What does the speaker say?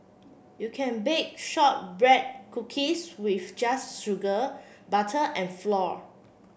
you can bake shortbread cookies with just sugar butter and flour